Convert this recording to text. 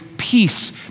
peace